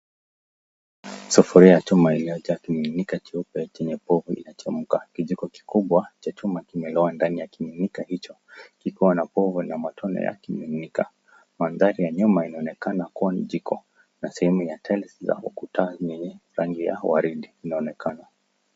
Sufuria ya chuma iliyojaa kininginika cheupe chenye povu inachemka. Kijiko kikubwa cha chuma kimeloa ndani ya kiningika hicho kiko na povu na matone ya kininginika. Mandhari ya nyuma inaonekana kua ni jiko na sehemu ya tiles za ukuta. Rangi ya waridi inaonekana.